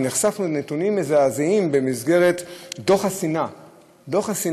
ונחשפנו בדיון היום לנתונים מזעזעים מתוך "דוח השנאה"